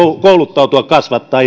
kouluttautua kasvattaa